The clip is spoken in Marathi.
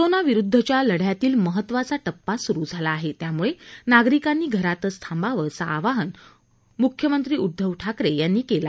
कोरोना विरुद्धच्या लढ्यातील महत्वाचा टप्पा सुरू झाला आहे त्यामुळे नागरिकांनी घरातच थांबावं असं आवाहन उद्धव ठाकरे यांनी आज केलं